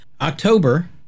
October